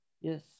yes